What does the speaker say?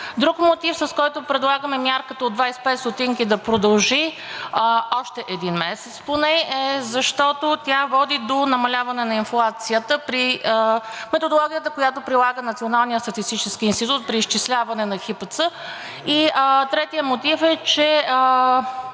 Друг мотив, с който предлагаме мярката от 25 стотинки да продължи още един месец поне, е, защото тя води до намаляване на инфлацията при методологията, която прилага Националният статистически институт при изчисляване на ХИПЦ. И третият мотив е, че,